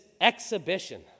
exhibition